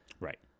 right